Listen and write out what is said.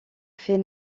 fait